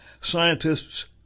scientists